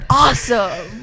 awesome